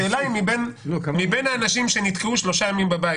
השאלה היא מבין האנשים שנתקעו שלושה ימים בבית,